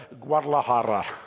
Guadalajara